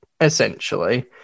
essentially